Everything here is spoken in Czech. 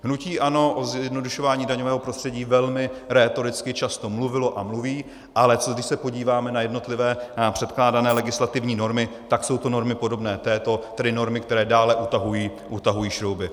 Hnutí ANO o zjednodušování daňového prostředí velmi rétoricky často mluvilo a mluví, ale když se podíváme na jednotlivé předkládané legislativní normy, tak jsou to normy podobné této, tedy normy, které dále utahují šrouby.